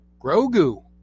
Grogu